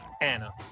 Anna